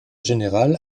général